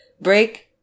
break